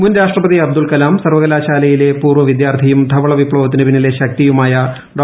മുൻ രാഷ്ട്രപതി അബ്ദുൾകലാം സർവകലാശാലയിലെ പൂർവ വിദ്യാർത്ഥിയും ധവള വിപ്തവത്തിന് പിന്നിലെ ശക്തിയുമായ ഡോ